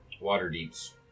Waterdeep's